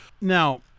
Now